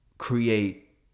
create